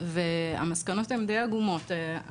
והמסקנות הן די עגומות.